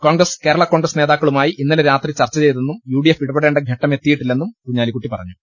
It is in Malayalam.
കോൺഗ്രസ് കേരള കോൺഗ്രസ് നേതാക്കളുമായി ഇന്നലെ രാത്രി ചർച്ച ചെയ്തെന്നും യുഡിഎഫ് ഇടപെടേണ്ട ഘട്ടമെത്തിയിട്ടില്ലെന്നും കുഞ്ഞാലിക്കുട്ടി വ്യക്തമാക്കി